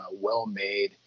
well-made